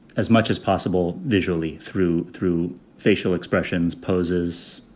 as much as possible visually through through facial expressions, poses,